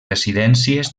residències